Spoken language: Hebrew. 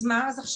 אז מה עכשיו?